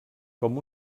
com